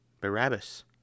Barabbas